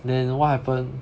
then what happen